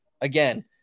again